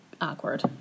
awkward